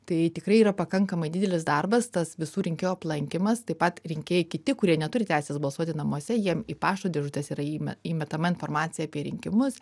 tai tikrai yra pakankamai didelis darbas tas visų rinkėjų aplankymas taip pat rinkėjai kiti kurie neturi teisės balsuoti namuose jiem į pašto dėžutes yra įm įmetama informacija apie rinkimus